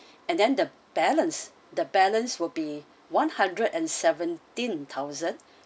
and then the balance the balance will be one hundred and seventeen thousand